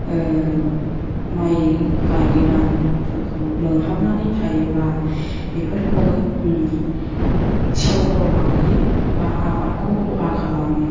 माइ गायगोदानफोरखौ लोमहाबनानै थायोब्ला बेफोरखौबो सेवब्रलांहोयो एबा आबादखौ खहा खालामो